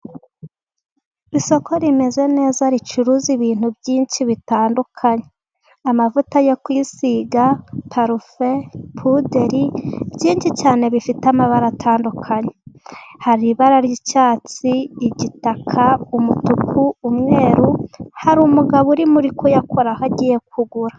Isoko rimeze neza ricuruza ibintu byinshi bitandukanye, amavuta yo kwisiga, parufe, puderi byinshi cyane bifite amabara atandukanye, hari ibara ry'icyatsi, igitaka, umutuku, umweru hari umugabo urimo uri kuyakoraho agiye kugura.